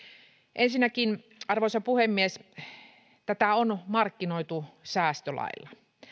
ensinnäkin arvoisa puhemies tätä on markkinoitu säästölailla